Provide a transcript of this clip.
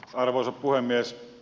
arvoisa puhemies